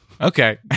okay